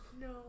no